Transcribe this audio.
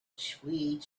sweet